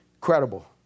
Credible